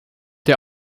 der